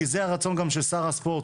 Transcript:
כי זה הרצון גם של שר הספורט,